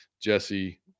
jesse